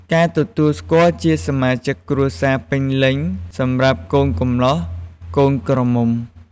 ការទទួលស្គាល់ជាសមាជិកគ្រួសារពេញលេញសម្រាប់កូនកំលោះកូនក្រមុំ។